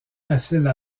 facile